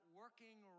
working